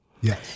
Yes